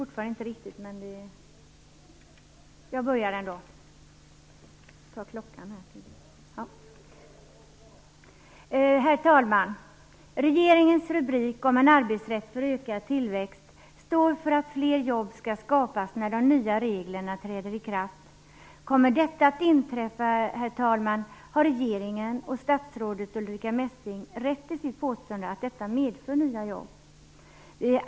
Regeringens rubrik En arbetsrätt för ökad tillväxt står för att fler jobb skall skapas när de nya reglerna träder i kraft. Kommer detta att inträffa, herr talman, har regeringen och statsrådet Ulrica Messing rätt i sitt påstående att detta medför nya jobb.